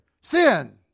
sin